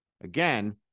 Again